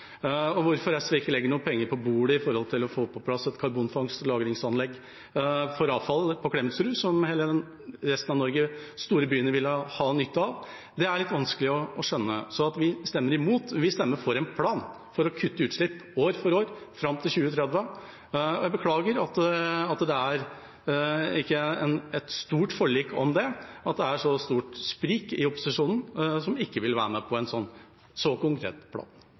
Hvorfor SV ikke legger noen penger på bordet for å få på plass et anlegg for karbonfangst og -lagring for avfall på Klemetsrud, som resten av Norge og de store byene ville ha nytte av, er litt vanskelig å skjønne. Så at vi stemmer imot: Vi stemmer for en plan for å kutte utslipp år for år fram til 2030. Jeg beklager at det ikke er et stort forlik om det, og at det er så stort sprik i opposisjonen, som ikke vil være med på en så konkret plan.